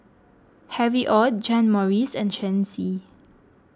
Harry Ord John Morrice and Shen Xi